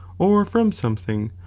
or fromf something,